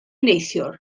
neithiwr